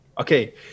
okay